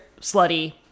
Slutty